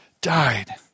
died